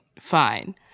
fine